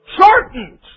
Shortened